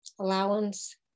allowance